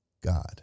God